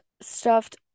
stuffed